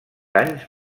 anys